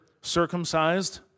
circumcised